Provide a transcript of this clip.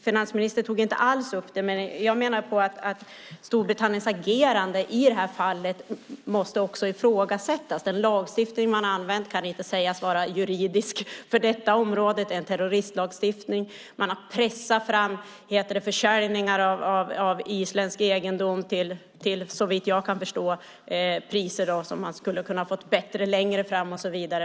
Finansministern tog inte alls upp det, men jag menar att Storbritanniens agerande i det här fallet måste ifrågasättas. Den lagstiftning man har använt kan inte sägas vara juridisk för detta område. Det är en terroristlagstiftning. Man har pressat fram försäljningar av isländsk egendom till priser som man, såvitt jag kan förstå, hade kunnat få bättre längre fram.